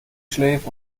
schläfe